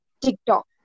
TikTok